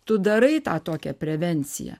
tu darai tą tokią prevenciją